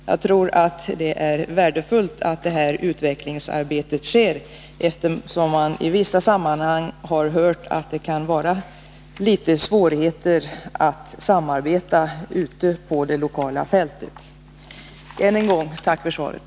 Jag tror att det är värdefullt att det utvecklingsarbetet bedrivs, eftersom man i vissa sammanhang har hört att det kan vara svårigheter med samarbetet ute på det lokala fältet. Jag vill än en gång tacka för svaret.